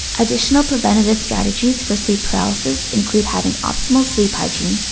additional preventive strategies for sleep paralysis include having optimal sleep hygiene,